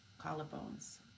collarbones